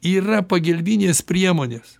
yra pagelbinės priemonės